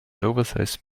oversized